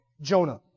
Jonah